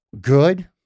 good